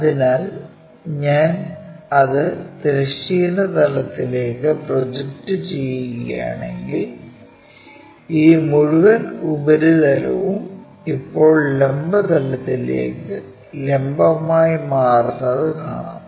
അതിനാൽ ഞാൻ അത് തിരശ്ചീന തലത്തിലേക്ക് പ്രൊജക്റ്റ് ചെയ്യുകയാണെങ്കിൽ ഈ മുഴുവൻ ഉപരിതലവും ഇപ്പോൾ ലംബ തലത്തിലേക്ക് ലംബമായി മാറുന്നത് കാണാം